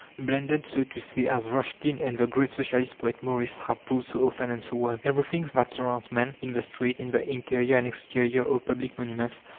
blended, so to say, as ruskin and the great socialist poet morris have proved so often and so well. everything that surrounds man, in the street, in the interior and exterior of public monuments,